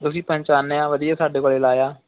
ਤੁਸੀਂ ਪਹਿਚਾਨਿਆ ਵਧੀਆ ਸਾਡੇ ਕੋਲ ਲਾਇਆ